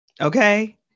Okay